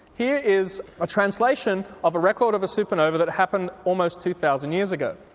here is a translation of a record of a supernova that happened almost two thousand years ago.